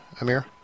Amir